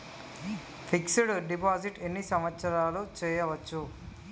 Fix డ్ deposit ఎన్ని సంవత్సరాలు చేయచ్చు?